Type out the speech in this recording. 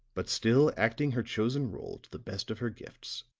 but still acting her chosen role to the best of her gifts,